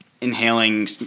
inhaling